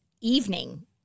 evening